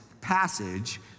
passage